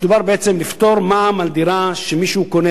ודובר בעצם על פטור ממע"מ על דירה שמישהו קונה,